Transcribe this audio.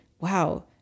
wow